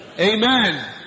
Amen